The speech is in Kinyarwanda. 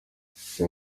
icyo